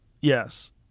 Yes